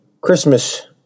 Christmas